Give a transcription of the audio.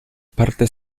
partes